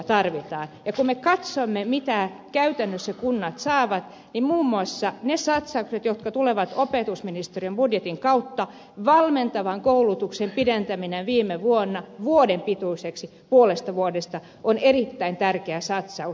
ja kun me katsomme mitä käytännössä kunnat saavat niin muun muassa niistä satsauksista jotka tulevat opetusministeriön budjetin kautta valmentavan koulutuksen pidentäminen viime vuonna vuoden pituiseksi puolesta vuodesta on erittäin tärkeä satsaus